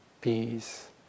peace